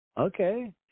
Okay